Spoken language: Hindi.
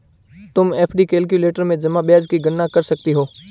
तुम एफ.डी कैलक्यूलेटर में जमा ब्याज की गणना कर सकती हो